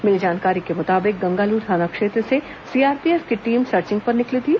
मिली जानकारी के मुताबिक गंगालूर थाना क्षेत्र से सीआरपीएफ की टीम सर्चिंग पर निकली थी